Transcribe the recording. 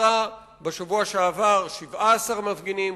עצרה בשבוע שעבר 17 מפגינים,